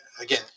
again